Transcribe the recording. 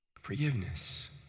Forgiveness